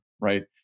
right